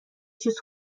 چیز